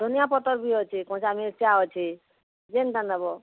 ଧନିଆ ପତର୍ ବି ଅଛେ କଞ୍ଚା ମିର୍ଚା ଅଛେ ଯେନ୍ତା ନବ